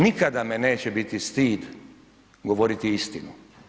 Nikada me neće biti stid govoriti istinu.